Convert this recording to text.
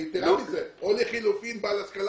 או יתרה מזה או לחילופין בעל השכלה